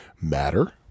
matter